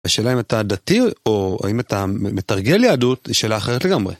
השאלה אם אתה דתי או האם אתה מתרגל יהדות היא שאלה אחרת לגמרי.